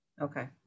Okay